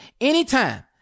anytime